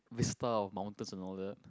whistle mountains and all that